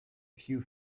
few